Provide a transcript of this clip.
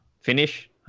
finish